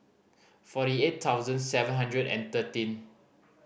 eighty four thousand seven hundred and thirteen